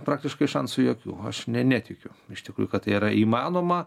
praktiškai šansų jokių aš ne netikiu iš tikrųjų kad tai yra įmanoma